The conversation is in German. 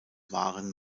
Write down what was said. waren